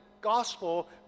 gospel